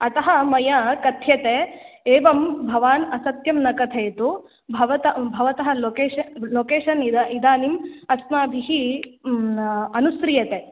अतः मया कथ्यते एवं भवान् असत्यं न कथयतु भवत भवतः लोकेशः लोकेशन् इदानीम् अस्माभिः अनुस्रियते